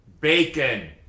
bacon